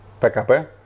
PKP